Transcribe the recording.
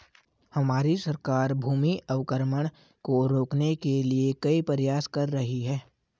हमारी सरकार भूमि अवक्रमण को रोकने के लिए कई प्रयास कर रही है